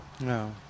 No